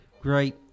great